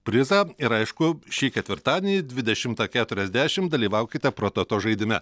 prizą ir aišku šį ketvirtadienį dvidešimtą keturiasdešim dalyvaukite prototo žaidime